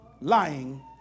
lying